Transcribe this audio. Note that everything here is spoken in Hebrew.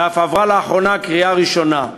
ואף עברה לאחרונה בקריאה ראשונה.